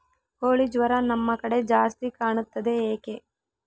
ಕೋಳಿ ಜ್ವರ ನಮ್ಮ ಕಡೆ ಜಾಸ್ತಿ ಕಾಣುತ್ತದೆ ಏಕೆ?